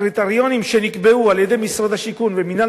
הקריטריונים שנקבעו על-ידי משרד השיכון ומינהל